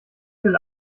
will